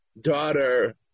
daughter